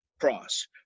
Cross